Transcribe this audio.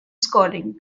scoring